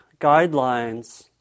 guidelines